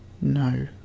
no